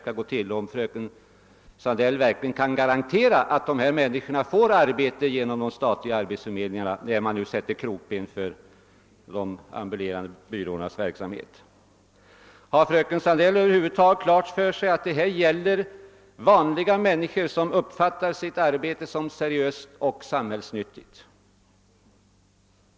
Kan fröken Sandell verkligen garantera att dessa människor får arbete genom de statliga arbetsförmedlingarna, när man nu sätter krokben för de ambulerande byråernas verksamhet? Har fröken Sandell över huvud taget klart för sig att det här gäller vanliga människor som uppfattar sitt arbete som seriöst och samhällsnyttigt?